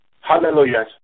Hallelujah